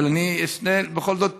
אבל אני בכל זאת